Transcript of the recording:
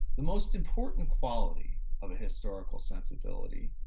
the most important quality of a historical sensibility,